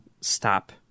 stop